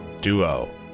duo